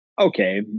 okay